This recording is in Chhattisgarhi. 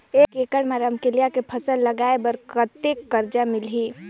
एक एकड़ मा रमकेलिया के फसल लगाय बार कतेक कर्जा मिलही?